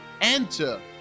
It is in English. Enter